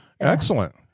excellent